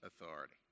authority